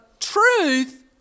Truth